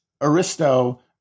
aristo